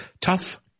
Tough